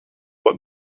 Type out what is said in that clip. what